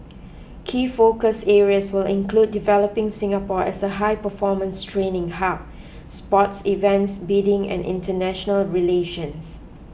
key focus areas will include developing Singapore as a high performance training hub sports events bidding and international relations